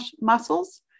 muscles